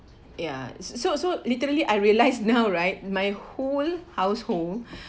ya so so literally I realize now right my whole household